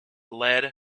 lead